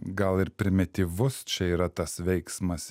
gal ir primityvus čia yra tas veiksmas